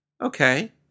Okay